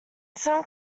some